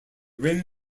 rim